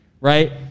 right